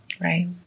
Right